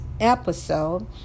episode